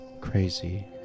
crazy